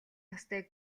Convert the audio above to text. настай